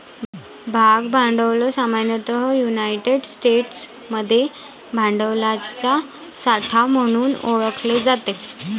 भाग भांडवल सामान्यतः युनायटेड स्टेट्समध्ये भांडवलाचा साठा म्हणून ओळखले जाते